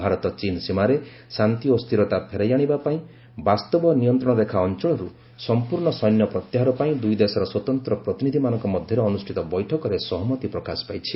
ଭାରତ ଚୀନ୍ ସୀମାରେ ଶାନ୍ତି ଓ ସ୍ଥିରତା ଫେରାଇ ଆଶିବାପାଇଁ ବାସ୍ତବ ନିୟନ୍ତ୍ରଣ ରେଖା ଅଞ୍ଚଳରୁ ସମ୍ପୂର୍ଣ୍ଣ ସୈନ୍ୟ ପ୍ରତ୍ୟାହାର ପାଇଁ ଦୁଇ ଦେଶର ସ୍ୱତନ୍ତ୍ର ପ୍ରତିନିଧିମାନଙ୍କ ମଧ୍ୟରେ ଅନୁଷ୍ଠିତ ବୈଠକରେ ସହମତି ପ୍ରକାଶ ପାଇଛି